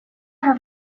her